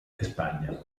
españa